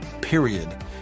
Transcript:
period